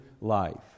life